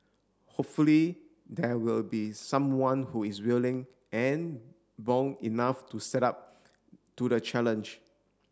hopefully there will be someone who is willing and bold enough to step up to the challenge